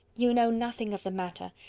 you know nothing of the matter.